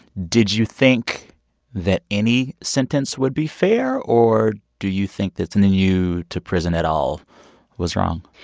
did you think that any sentence would be fair, or do you think that sending you to prison at all was wrong?